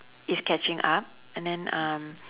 is catching up and then um